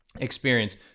experience